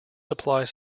applies